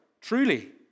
truly